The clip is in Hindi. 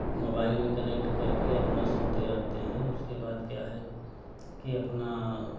मोबाइल में कनेक्ट करके अपना सुनते रहते हैं उसके बाद क्या है कि अपना